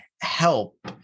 help